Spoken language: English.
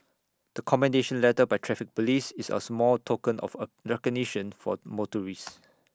the commendation letter by traffic Police is our small token of A recognition for motorists